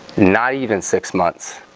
not even six months